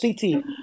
CT